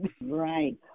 Right